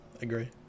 agree